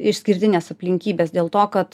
išskirtines aplinkybes dėl to kad